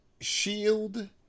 shield